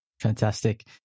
Fantastic